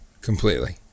completely